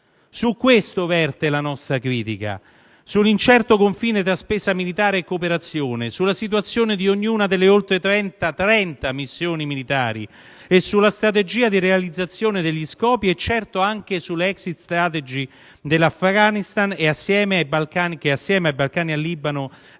Su questo verte la nostra critica, sull'incerto confine tra spesa militare e cooperazione, sulla situazione di ognuna delle oltre 30 missioni militari e sulla strategia di realizzazione degli scopi e, certo, anche sull'*exit strategy* in Afghanstan che, assieme ai Balcani e al Libano,